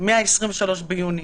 23 ביוני